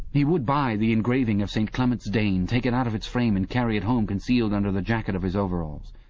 he would buy the engraving of st. clement's danes, take it out of its frame, and carry it home concealed under the jacket of his overalls.